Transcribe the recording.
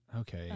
Okay